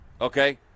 Okay